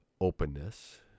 openness